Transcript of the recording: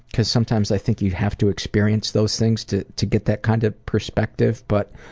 because sometimes i think you have to experience those things, to to get that kind of perspective. but